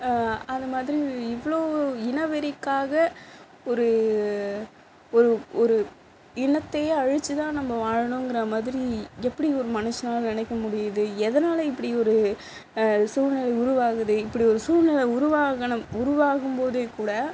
அந்த மாதிரி இவ்வளோ இனவெறிக்காக ஒரு ஒரு ஒரு இனத்தையே அழிச்சுதான் நம்ம வாழணுங்கிற மாதிரி எப்படி ஒரு மனுஷனால் நினைக்க முடியுது எதனால் இப்படி ஒரு சூழ்நிலை உருவாகுது இப்படி ஒரு சூழ்நிலை உருவாக்கணும் உருவாகும்போதே கூட